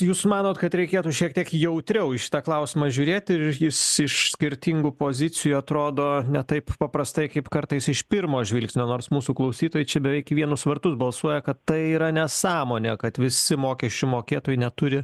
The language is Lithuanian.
jūs manote kad reikėtų šiek tiek jautriau į šitą klausimą žiūrėti ir jis iš skirtingų pozicijų atrodo ne taip paprastai kaip kartais iš pirmo žvilgsnio nors mūsų klausytojai čia beveik į vienus vartus balsuoja kad tai yra nesąmonė kad visi mokesčių mokėtojai neturi